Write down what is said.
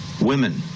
women